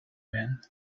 men